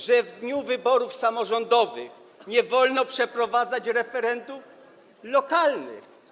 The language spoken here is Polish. Zapisują, że w dniu wyborów samorządowych nie wolno przeprowadzać referendów lokalnych.